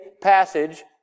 passage